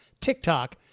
TikTok